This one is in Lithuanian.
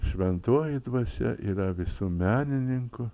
šventoji dvasia yra visuomenininkų